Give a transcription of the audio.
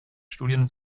studien